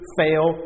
fail